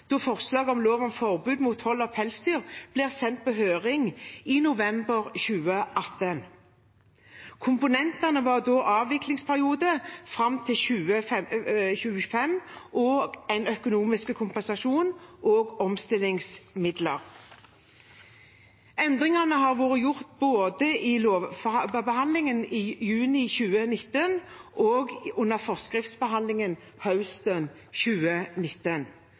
da forslaget til lov om forbud mot hold av pelsdyr ble sendt på høring i november 2018. Komponentene var da avviklingsperiode fram til 2025, en økonomisk kompensasjon og omstillingsmidler. Endringene ble gjort både i lovbehandlingen i juni 2019 og under forskriftsbehandlingen høsten 2019,